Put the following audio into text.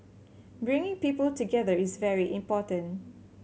bringing people together is very important